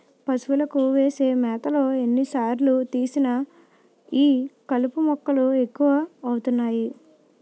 పశువులకు వేసే మేతలో ఎన్ని సార్లు తీసినా ఈ కలుపు మొక్కలు ఎక్కువ అవుతున్నాయి